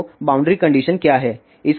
तो boundary condition क्या है